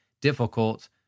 difficult